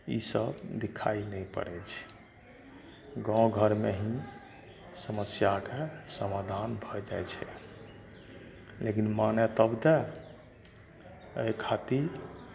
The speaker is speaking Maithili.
इसब दिखाइ नहि पड़ै छै गाँव घरमे ही समस्याके समाधान भऽ जाइ छै लेकिन माने तब तऽ एहि खातिर